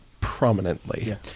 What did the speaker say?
prominently